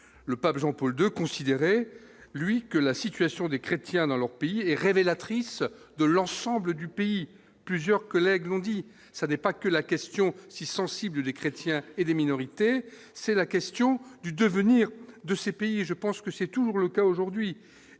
le pape Jean-Paul II considéré, lui, que la situation des chrétiens dans leur pays est révélatrice de l'ensemble du pays, plusieurs collègues l'ont dit, ça n'est pas que la question si sensible des chrétiens et des minorités, c'est la question du devenir de ces pays, je pense que c'est toujours le cas aujourd'hui